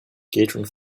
catering